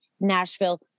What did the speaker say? Nashville